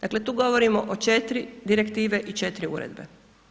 Dakle, tu govorimo o 4 Direktive i 4 Uredbe.